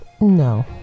no